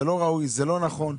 זה לא ראוי וזה לא נכון.